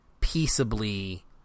peaceably